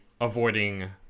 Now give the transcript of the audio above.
avoiding